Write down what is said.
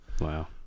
wow